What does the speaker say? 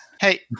Hey